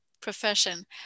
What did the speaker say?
profession